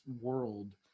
world